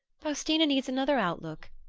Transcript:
faustina needs another outlook.